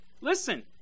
listen